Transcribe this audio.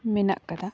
ᱢᱮᱱᱟᱜ ᱟᱠᱟᱫᱟ